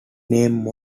name